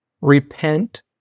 Repent